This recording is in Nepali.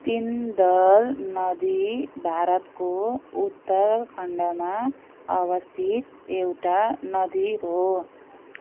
पिन्दर नदी भारतको उत्तरखण्डमा अवस्थित एउटा नदी हो